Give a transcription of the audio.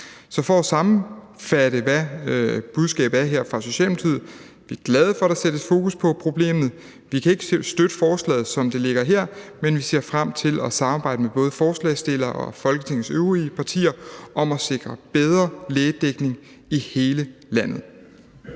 Så for at sammenfatte, hvad budskabet er fra Socialdemokratiets side: Vi er glade for, at der sættes fokus på problemet. Vi kan ikke støtte forslaget, som det ligger her, men vi ser frem til at samarbejde med både forslagsstillerne og Folketingets øvrige partier om at sikre bedre lægedækning i hele landet.